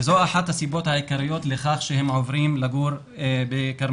וזו אחת הסיבות העיקריות לכך שהם עוברים לגור בכרמיאל.